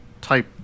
type